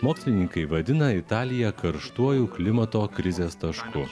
mokslininkai vadina italiją karštuoju klimato krizės tašku